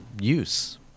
use